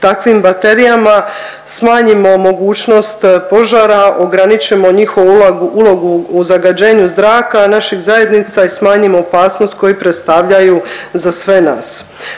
takvim baterijama smanjimo mogućnost požara, ograničimo njihovu ulogu u zagađenju zraka naših zajednica i smanjimo opasnost koju predstavljaju za sve nas.